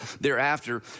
thereafter